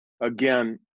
again